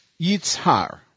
yitzhar